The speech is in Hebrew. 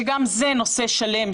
וגם זה נושא שלם,